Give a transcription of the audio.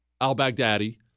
al-Baghdadi